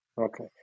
okay